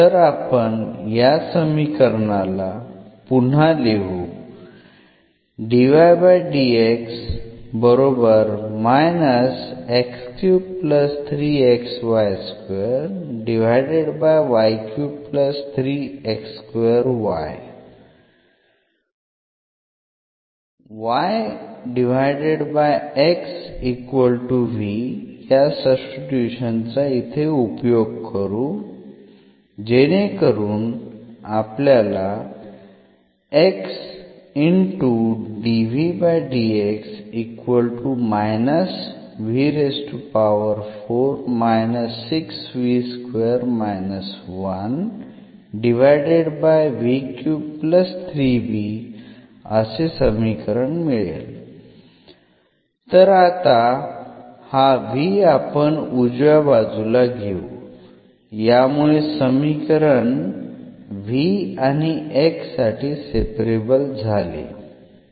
तर आपण या समीकरणाला पुन्हा लिहू उपयोग करा तर आता हा v आपण उजव्या बाजूला घेऊ यामुळे समीकरण v आणि x साठी सेपरेबल झाले